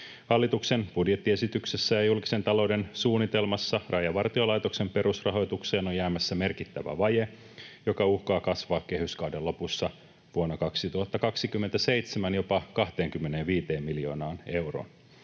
Hallituksen budjettiesityksessä ja julkisen talouden suunnitelmassa Rajavartiolaitoksen perusrahoitukseen on jäämässä merkittävä vaje, joka uhkaa kasvaa kehyskauden lopussa vuonna 2027 jopa 25 miljoonaan euroon.